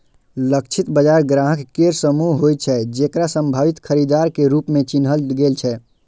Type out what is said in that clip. लक्षित बाजार ग्राहक केर समूह होइ छै, जेकरा संभावित खरीदार के रूप मे चिन्हल गेल छै